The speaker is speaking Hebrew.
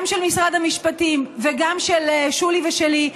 גם של משרד המשפטים וגם של שולי ושלי,